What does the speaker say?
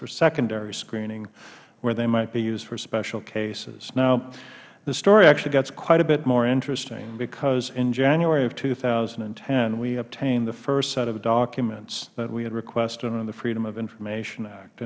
for secondary screening where they might be used for special cases now the story actually gets quite a bit more interesting because in january of two thousand and ten we obtained the first set of documents that we had requested under the freedom of information act